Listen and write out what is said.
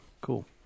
Cool